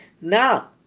Now